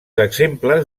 exemples